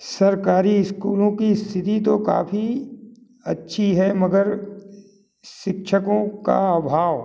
सरकारी स्कूलों की स्थिति तो काफ़ी अच्छी है मगर शिक्षकों का अभाव